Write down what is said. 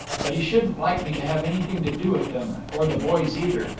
but he shouldn't like me to have anything to do with them, or the boys either,